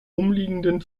umliegenden